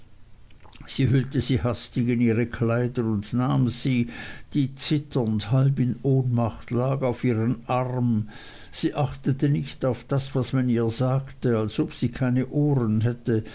sie hüllte sie hastig in ihre kleider und nahm sie die zitternd halb in ohnmacht lag auf ihren arm sie achtete nicht auf das was man ihr sagte als ob sie keine ohren hätte